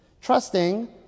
trusting